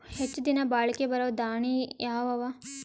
ಹೆಚ್ಚ ದಿನಾ ಬಾಳಿಕೆ ಬರಾವ ದಾಣಿಯಾವ ಅವಾ?